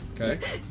Okay